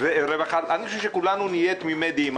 אני חושב שכולנו נהיה תמימי דעים.